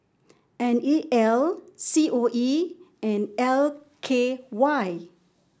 N E L C O E and L K Y